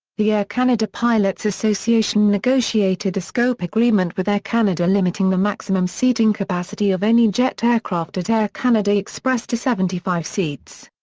the air canada pilots association negotiated a scope agreement with air canada limiting the maximum seating capacity of any jet aircraft at air canada express to seventy five seats.